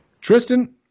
Tristan